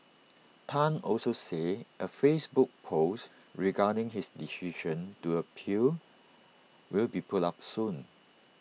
Tan also said A Facebook post regarding his decision to appeal will be put up soon